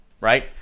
right